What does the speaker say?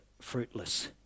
fruitless